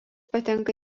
patenka